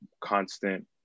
constant